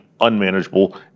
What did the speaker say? unmanageable